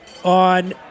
On